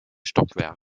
stockwerk